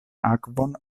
akvon